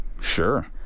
Sure